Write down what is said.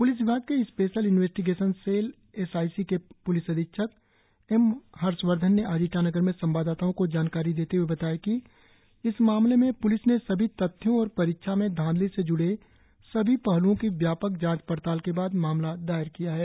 police विभाग के special investigation cell S I C के प्लिस अधीक्षक एम हर्षवर्धन ने आज ईटानगर में संवाददाताओं को जानकारी देते हुए बताया कि इस मामले में पुलिस ने सभी तथ्यों और परीक्षा में धांधली से ज्ड़े सभी पहल्ओं की व्यापक जांच पड़ताल के बाद मामला दायर किया है